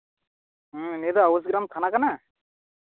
ᱦᱮᱸ ᱱᱤᱭᱟᱹ ᱫᱚ ᱟᱣᱩᱥᱜᱨᱟᱢ ᱛᱷᱟᱱᱟ ᱠᱟᱱᱟ